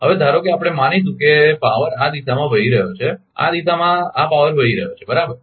હવે ધારો કે આપણે માનીશું કે પાવર આ દિશામાં વહી રહ્યો છે આ દિશામાં આ પાવર વહી રહ્યો છે બરાબર